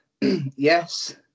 Yes